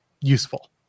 useful